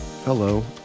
Hello